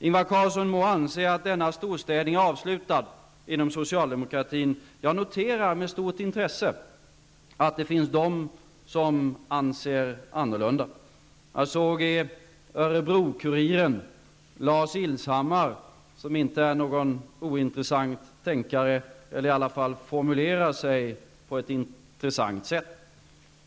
Ingvar Carlsson må anse att denna storstädning är avslutad inom socialdemokratin. Jag noterar med stort intresse att det finns de som tycker annorlunda. Jag har sett vad Lars Ilshammar har skrivit i Örebro-Kuriren. Han är inte någon ointressant tänkare -- i varje fall formulerar han sig på ett intressant sätt.